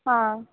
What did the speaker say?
हाँ